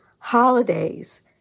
holidays